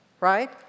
right